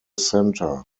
center